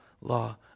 law